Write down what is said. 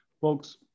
folks